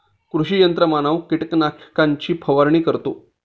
कृषी यंत्रमानव कीटकनाशकांची फवारणीही करतो